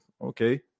okay